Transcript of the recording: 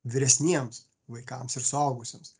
vyresniems vaikams ir suaugusiems